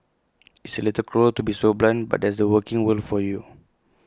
it's A little cruel to be so blunt but that's the working world for you